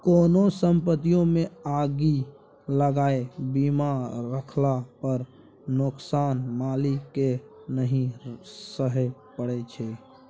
कोनो संपत्तिमे आगि लगलासँ बीमा रहला पर नोकसान मालिककेँ नहि सहय परय छै